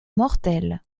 mortels